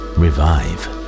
revive